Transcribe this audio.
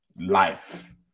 life